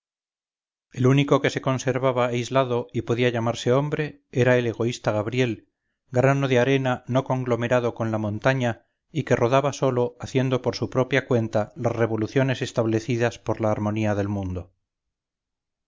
el único quese conservaba aislado y podía llamarse hombre era el egoísta gabriel grano de arena no conglomerado con la montaña y que rodaba solo haciendo por su propia cuenta las revoluciones establecidas por la armonía del mundo